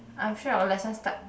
I'm sure your lesson start